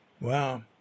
Wow